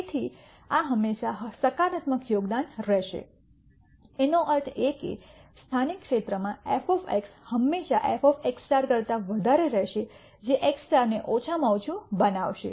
તેથી આ હંમેશાં સકારાત્મક યોગદાન રહેશે એનો અર્થ એ કે સ્થાનિક ક્ષેત્રમાં f હંમેશાં f x કરતા વધારે રહેશે જે x ને ઓછામાં ઓછું બનાવશે